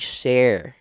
share